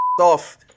off